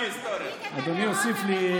אדוני יוסיף לי,